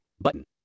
button